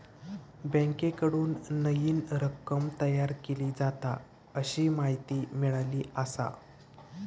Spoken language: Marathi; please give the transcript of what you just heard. बँकेकडून नईन रक्कम तयार केली जाता, अशी माहिती मिळाली आसा